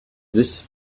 this